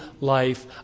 life